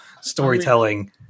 storytelling